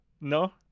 No